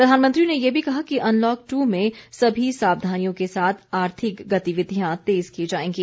प्रधानमंत्री ने ये भी कहा कि अनलॉक दू में सभी सावधानियों के साथ आर्थिक गतिविधियां तेज की जाएंगी